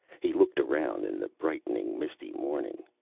he looked around in the brightening, misty morning.